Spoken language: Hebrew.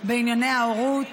בענייני ההורות